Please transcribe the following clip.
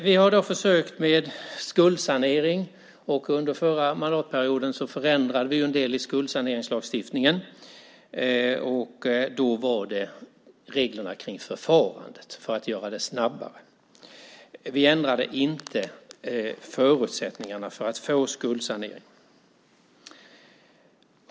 Vi har försökt med skuldsanering. Under förra mandatperioden förändrade vi en del i skuldsaneringslagstiftningen. Då var det reglerna kring förfarandet för att göra det snabbare. Vi ändrade inte förutsättningarna för att få skuldsanering.